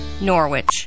Norwich